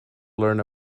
learn